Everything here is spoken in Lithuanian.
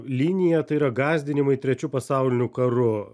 liniją tai yra gąsdinimai trečiu pasauliniu karu